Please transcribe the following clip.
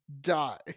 Die